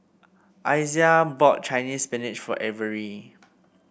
Isaiah bought Chinese Spinach for Avery